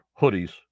hoodies